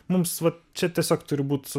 mums va čia tiesiog turi būt